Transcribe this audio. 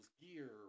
gear